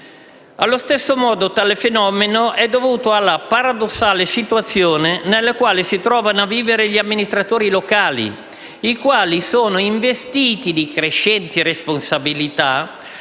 Allo stesso modo tale fenomeno è dovuto alla paradossale situazione nella quale si trovano a vivere gli amministratori locali, i quali sono investiti di crescenti responsabilità,